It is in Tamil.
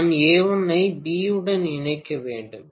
நான் A1 ஐ B உடன் இணைக்க வேண்டும்